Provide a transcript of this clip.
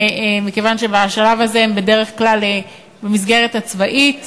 מכיוון שבשלב הזה הם בדרך כלל במסגרת הצבאית.